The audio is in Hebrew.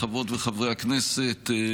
חברות וחברי הכנסת,